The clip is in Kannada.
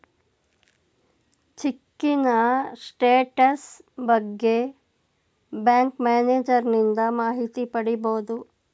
ಚಿಕ್ಕಿನ ಸ್ಟೇಟಸ್ ಬಗ್ಗೆ ಬ್ಯಾಂಕ್ ಮ್ಯಾನೇಜರನಿಂದ ಮಾಹಿತಿ ಪಡಿಬೋದು